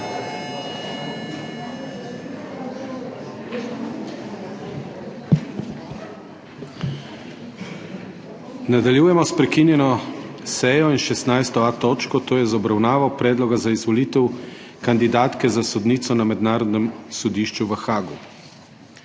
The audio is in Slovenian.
Nadaljujemo s prekinjeno 16.a točko, to je z obravnavo Predloga za izvolitev kandidatke za sodnico na Mednarodnem sodišču v Haagu.